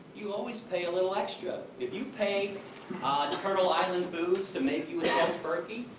you always pay a little extra. if you pay turtle island foods to make you a yeah tofurky,